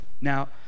Now